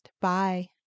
Bye